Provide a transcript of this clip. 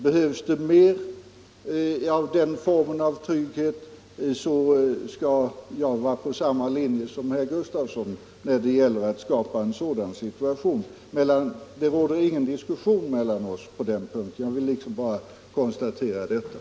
Behövs det mer av den formen av trygghet, så skall jag vara på samma linje som herr Gustafsson när det gäller att skapa en sådan situation att det behovet tillgodoses. Jag vill bara konstatera att det inte råder någon diskussion mellan oss på den punkten.